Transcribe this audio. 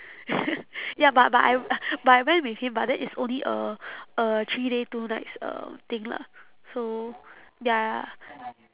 ya but but I but I went with him but then it's only a uh three days two nights um thing lah so ya